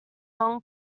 non